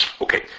Okay